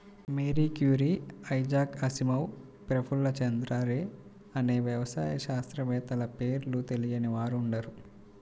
Mary Curie, Isaac Asimov, Prafulla Chandra Ray అనే వ్యవసాయ శాస్త్రవేత్తల పేర్లు తెలియని వారుండరు